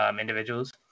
individuals